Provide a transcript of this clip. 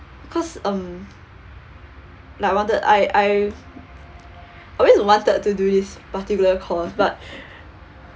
because um like I wanted I I I always wanted to do this particular course but